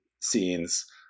scenes